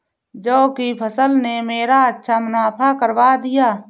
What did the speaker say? जौ की फसल ने मेरा अच्छा मुनाफा करवा दिया